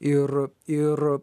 ir ir